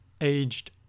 aged